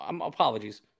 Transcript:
Apologies